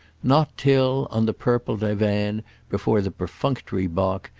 not till, on the purple divan before the perfunctory bock,